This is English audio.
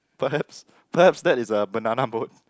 perhaps perhaps that is a banana boat